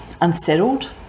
unsettled